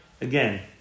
again